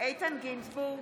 איתן גינזבורג,